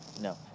no